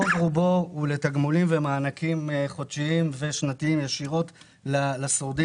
רוב רובו הוא לתגמולים ומענקים חודשיים ושנתיים ישירות לשורדים.